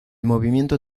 movimiento